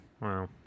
Wow